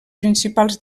principals